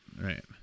right